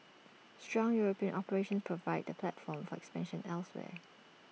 strong european operations provide the platform for expansion elsewhere